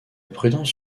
prudence